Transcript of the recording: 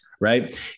right